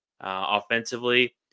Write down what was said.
offensively